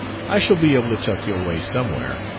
i shall be able to tuck you away somewhere.